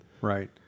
Right